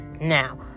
Now